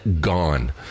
gone